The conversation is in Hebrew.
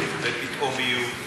בפתאומיות,